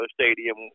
Stadium